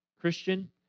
Christian